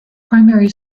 primary